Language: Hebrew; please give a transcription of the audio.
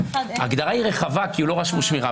ההגדרה היא רחבה כי לא רשמו "שמירה".